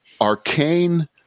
arcane